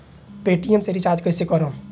Paytm से recharge कईसे करम?